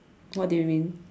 what do you mean